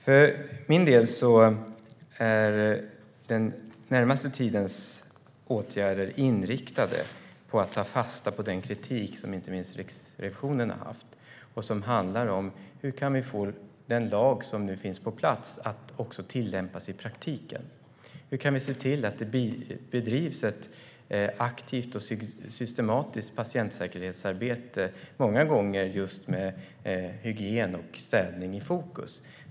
För min del är den närmaste tidens åtgärder inriktade på att ta fasta på den kritik som inte minst Riksrevisionen har haft och som handlar om hur vi kan få den lag som nu finns på plats att också tillämpas i praktiken. Hur kan vi se till att det bedrivs ett aktivt och systematiskt patientsäkerhetsarbete, många gånger med just hygien och städning i fokus?